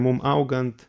mum augant